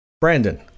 brandon